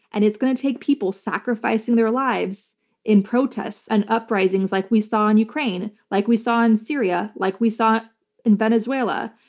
and it's going to take people sacrificing their lives in protest and uprisings like we saw in ukraine, like we saw in syria, like we saw in venezuela.